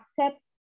accept